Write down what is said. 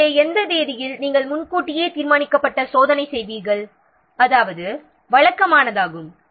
எனவே எந்த தேதியில் நாம் முன்கூட்டியே தீர்மானிக்கப்பட்ட சோதனையை செய்வோம் அது வழக்கமானதாகும்